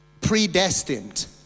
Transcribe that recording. predestined